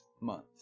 month